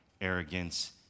arrogance